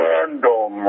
Random